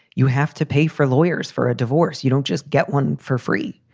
you have to pay for lawyers for a divorce. you don't just get one for free.